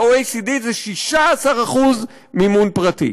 ב-OECD זה 16% מימון פרטי.